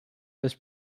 this